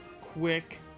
quick